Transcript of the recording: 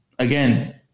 Again